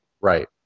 Right